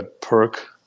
Perk